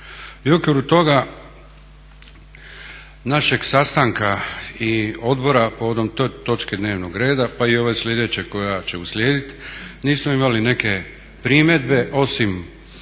okviru toga našeg sastanka i odbora povodom te točke dnevnog reda pa i ove sljedeće koja će uslijediti nismo imali neke primjedbe osim